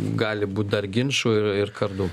gali būt dar ginčų ir ir kardų